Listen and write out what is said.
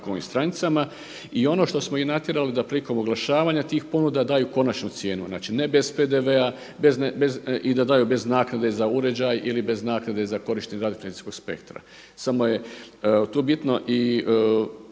I ono što smo ih natjerali da prilikom oglašavanja tih ponuda daju konačnu cijenu, znači ne bez PDV-a i da daju bez naknade za uređaj ili bez naknade za korištenje radio frekvencijskog spektra. Samo je tu bitno i